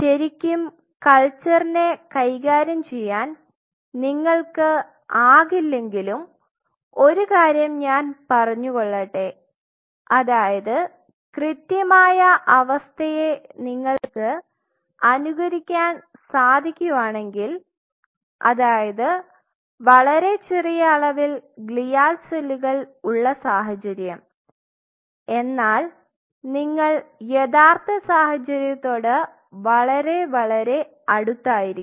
ശെരിക്കും കൽച്ചറിനെ കൈകാര്യം ചെയ്യാൻ നിങ്ങൾക്ക് ആകില്ലെങ്കിലും ഒരു കാര്യം ഞാൻ പറഞ്ഞുകൊള്ളട്ടെ അതായത് കൃത്യമായ അവസ്ഥയെ നിങ്ങൾക് അനുകരിക്കാൻ സാദിക്കുവാണെങ്കിൽ അതായത് വളരെ ചെറിയ അളവിൽ ഗ്ലിയാൽ സെല്ലുകൾ ഉള്ള സാഹചര്യം എന്നാൽ നിങ്ങൾ യഥാർത്ഥ സാഹചര്യത്തോട് വളരെ വളരെ അടുത്തായിരിക്കും